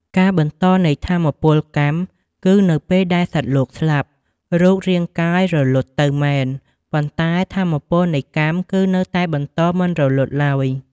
ការបន្តនៃថាមពលកម្ម គឺនៅពេលដែលសត្វលោកស្លាប់ រូបរាងកាយរលត់ទៅមែន ប៉ុន្តែថាមពលនៃកម្មគឺនៅតែបន្តមិនរលត់ឡើយ។